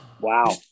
wow